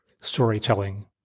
storytelling